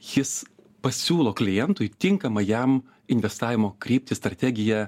jis pasiūlo klientui tinkamą jam investavimo kryptį strategiją